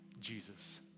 Jesus